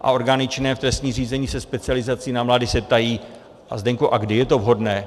A orgány činné v trestním řízení se specializací na mládež se ptají: Zdeňku, a kdy je to vhodné?